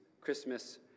Christmas